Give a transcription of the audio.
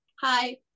Hi